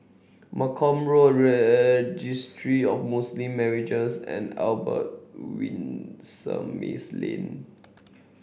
Malcolm Road Registry of Muslim Marriages and Albert Winsemius Lane